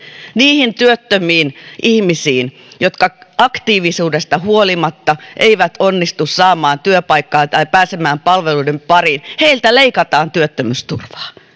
niihin työttömiin ihmisiin jotka aktiivisuudesta huolimatta eivät onnistu saamaan työpaikkaa tai pääsemään palveluiden pariin heiltä leikataan työttömyysturvaa